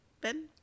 ben